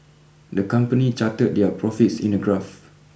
the company charted their profits in a graph